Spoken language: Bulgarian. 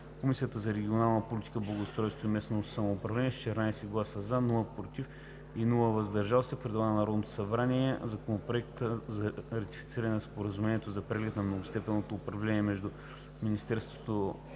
Комисията по регионална политика, благоустройство и местно самоуправление с 14 гласа „за“, без гласове „против“ и „въздържал се“ предлага на Народното събрание Законопроект за ратифициране на Споразумението за преглед на многостепенното управление между Министерството